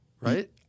right